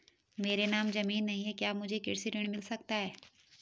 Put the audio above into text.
मेरे नाम ज़मीन नहीं है क्या मुझे कृषि ऋण मिल सकता है?